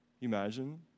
Imagine